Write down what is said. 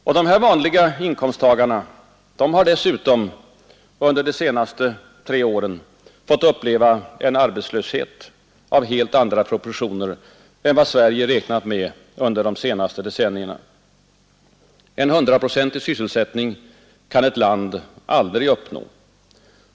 Och dessa vanliga inkomsttagare har under de tre senaste åren fått äknat uppleva en arbetslöshet av helt andra proportioner än vad Sverige r med under de senaste decennierna. En hundraprocentig sysselsättning grad kan ett land aldrig uppnå.